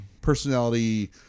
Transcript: personality